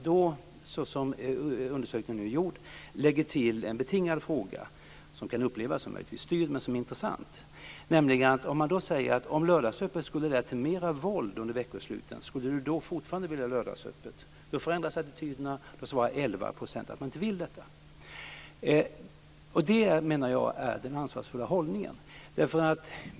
I undersökningen lägger man också till en betingad fråga - som möjligtvis kan upplevas som styrd men som är intressant - där man säger: Om lördagsöppet skulle leda till mera våld under veckosluten, skulle du fortfarande vilja ha lördagsöppet? Då förändras attityderna, och 11 % svarar att de inte vill detta. Jag menar att det är den ansvarsfulla hållningen.